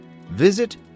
visit